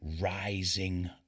rising